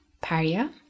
Paria